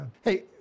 Hey